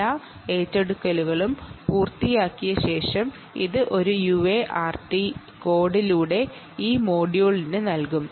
എല്ലാ അക്ക്വിസിഷനും പൂർത്തിയാക്കിയ ശേഷം ഇത് ഒരു UART കോഡിലൂടെ ഈ മൊഡ്യൂളിന് നൽകും